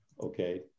okay